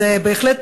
אז בהחלט,